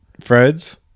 Fred's